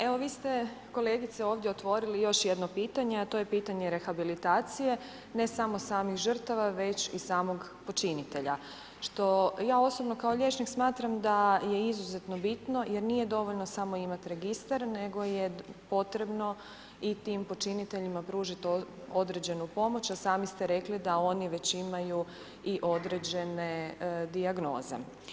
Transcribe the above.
Evo vi ste kolegice ovdje otvorili još jedno pitanje, a to je pitanje rehabilitacije ne samo samih žrtava već i samog počinitelja, što ja osobno kao liječnik smatram da je izuzetno bitno jer nije dovoljno samo imati registar nego je potrebno i tim počiniteljima pružit određenu pomoć, a sami ste rekli da oni već imaju i određene dijagnoze.